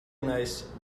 nice